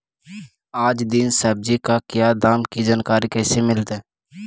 आज दीन सब्जी का क्या दाम की जानकारी कैसे मीलतय?